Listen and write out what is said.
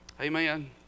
Amen